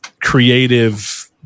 creative